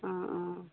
অঁ অঁ